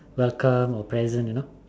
welcome or present you know